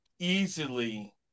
easily